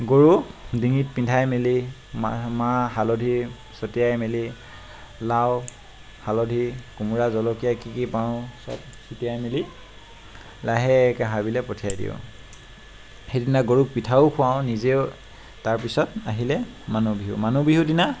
গৰু ডিঙিত পিন্ধাই মেলি মা মাহ হালধি ছটিয়াই মেলি লাও হালধি কোমোৰা জলকীয়া কি কি পাওঁ চব ছটিয়াই মেলি লাহেকৈ হাবিলৈ পঠিয়াই দিওঁ সেইদিনা গৰুক পিঠাও খোৱাও নিজেও তাৰপিছত আহিলে মানুহ বিহু মানুহ বিহুদিনা